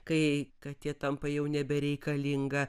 kai katė tampa jau nebereikalinga